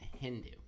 Hindu